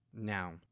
Now